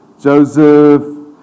Joseph